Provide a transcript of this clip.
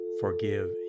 forgive